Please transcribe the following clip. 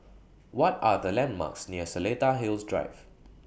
What Are The landmarks near Seletar Hills Drive